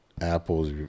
apples